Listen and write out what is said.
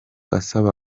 asaba